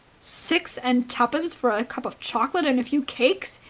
six and twopence for a cup of chocolate and a few cakes?